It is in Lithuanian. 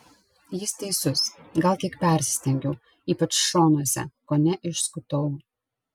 jis teisus gal kiek persistengiau ypač šonuose kone išskutau